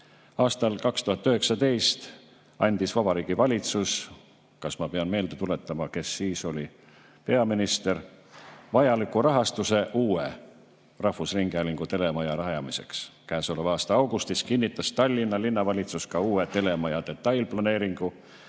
Aastal 2019 andis Vabariigi Valitsus – kas ma pean meelde tuletama, kes siis oli peaminister? – vajaliku rahastuse uue rahvusringhäälingu telemaja rajamiseks. Käesoleva aasta augustis kinnitas Tallinna Linnavalitsus uue telemaja detailplaneeringu